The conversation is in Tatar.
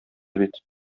бит